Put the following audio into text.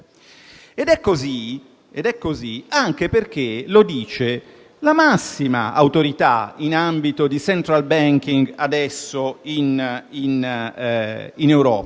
È così anche perché lo dice la massima autorità in ambito di *central banking* oggi in Europa,